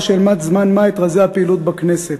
שאלמד זמן מה את רזי הפעילות בכנסת.